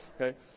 okay